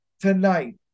tonight